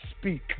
speak